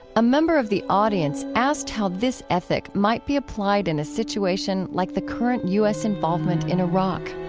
a member of the audience asked how this ethic might be applied in a situation like the current u s. involvement in iraq